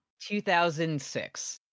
2006